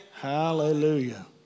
Hallelujah